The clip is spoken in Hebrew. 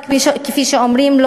כפי שאומרים,